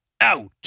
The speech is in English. Out